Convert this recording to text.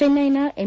ಚೆನ್ನೈನ ಎಂ